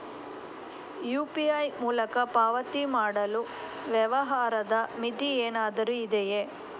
UPI ಮೂಲಕ ಪಾವತಿ ಮಾಡಲು ವ್ಯವಹಾರದ ಮಿತಿ ಏನಾದರೂ ಇದೆಯೇ?